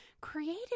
created